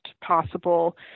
possible